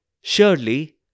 Surely